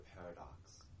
paradox